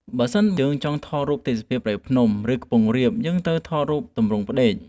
បើសិនយើងចង់ថតរូបទេសភាពព្រៃភ្នំ ឬខ្ពង់រាប យើងត្រូវថតរូបទម្រង់ផ្ដេក។